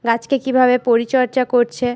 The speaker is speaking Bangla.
গাছকে কীভাবে পরিচর্যা করছে